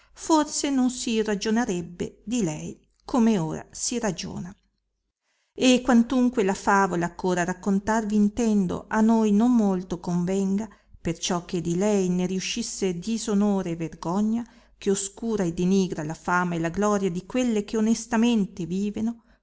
forse non si ragionarebbe di lei come ora si ragiona e quantunque la favola eh ora raccontarvi intendo a noi non molto convenga perciò che di lei ne riuscisse disonore e vergogna che oscura e denigra la fama e la gloria di quelle che onestamente viveno